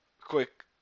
quick